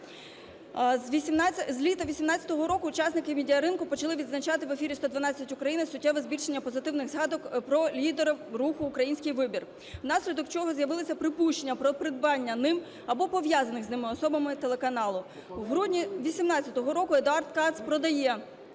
З літа 18-го року учасники медіаринку почали відзначати в ефері "112 Україна" суттєве збільшення позитивних згадок про лідерів руху "Український вибір", внаслідок чого з'явилися припущення про придбання ним або пов'язаних з ними особами телеканалу. У грудні 18-го року Едуард Кац продає